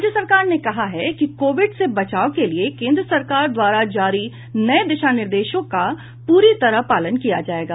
राज्य सरकार ने कहा है कि कोविड से बचाव के लिये केन्द्र सरकार द्वारा जारी नये दिशा निर्देशों का पूरी तरह पालन किया जायेगा